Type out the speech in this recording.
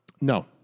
No